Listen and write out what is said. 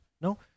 No